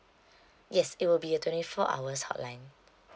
yes it will be a twenty four hours hotline